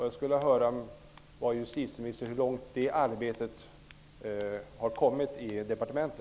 Jag skulle av justitieministern vilja höra hur långt man på departementet har kommit med detta arbete.